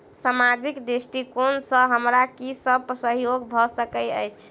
सामाजिक दृष्टिकोण सँ हमरा की सब सहयोग भऽ सकैत अछि?